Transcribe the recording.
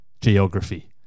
Geography